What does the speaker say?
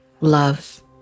love